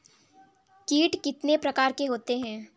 कीट कितने प्रकार के होते हैं?